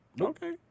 Okay